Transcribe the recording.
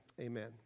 Amen